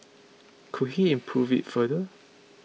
could he improve it further